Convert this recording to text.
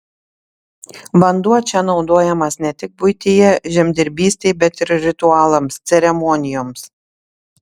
vanduo čia naudojamas ne tik buityje žemdirbystei bet ir ritualams ceremonijoms